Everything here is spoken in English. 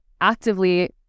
actively